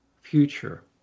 future